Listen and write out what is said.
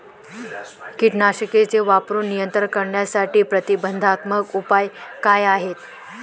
कीटकनाशके वापरून नियंत्रित करण्यासाठी प्रतिबंधात्मक उपाय काय आहेत?